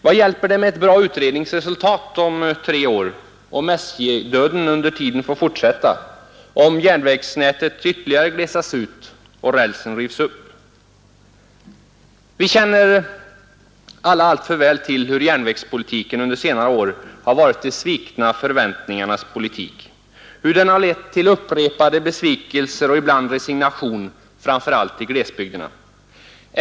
Vad hjälper det med ett bra utredningsresultat om tre år, om SJ-döden under tiden får fortsätta, om järnvägsnätet ytterligare glesas ut och rälsen rivs upp? Vi känner alltför väl till hur järnvägspolitiken under senare år har varit de svikna förväntningarnas politik, hur den har lett till besvikelser och ibland resignation framför allt i glesbygderna.